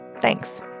Thanks